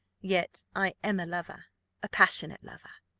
yet i am a lover a passionate lover.